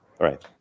Right